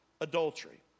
adultery